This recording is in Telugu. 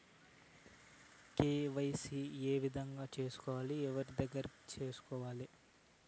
కె.వై.సి ఏ విధంగా సేసుకోవాలి? ఎవరి దగ్గర సేసుకోవాలి?